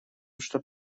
что